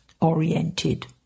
oriented